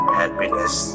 happiness